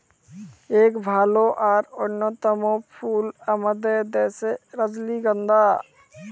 ইক ভাল আর অল্যতম ফুল আমাদের দ্যাশের রজলিগল্ধা